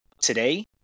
today